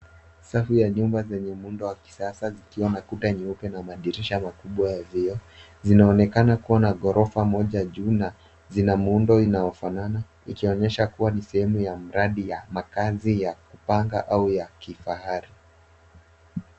Safu ya nyumba zenye muundo wa kisasa zikiwa na kuta nyeupe na madirisha makubwa ya vioo. Zinaonekana kuwa na ghorofa moja juu na zina muundo inayofanana ikionyesha kuwa ni sehemu ya mradi ya makazi ya kupanga au ya kifahari.